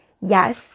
Yes